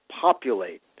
populate